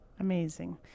Amazing